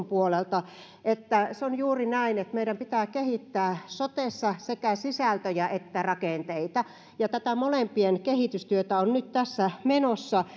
puolelta että se on juuri näin että meidän pitää kehittää sotessa sekä sisältöjä että rakenteita ja tätä molempien kehitystyötä on nyt tässä menossa